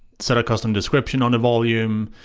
set a custom description on the volume,